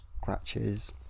scratches